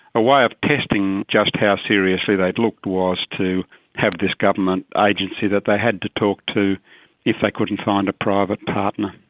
a way of testing just how seriously they'd looked was to have this government agency that they had to talk to if they couldn't find a private partner.